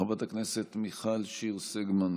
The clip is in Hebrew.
חברת הכנסת מיכל שיר סגמן,